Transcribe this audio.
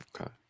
okay